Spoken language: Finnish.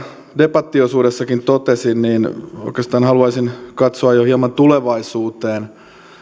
debattiosuudessa totesin oikeastaan itse haluaisin katsoa jo hieman tulevaisuuteen